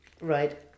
right